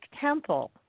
Temple